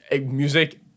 music